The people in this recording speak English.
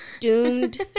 doomed